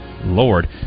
lord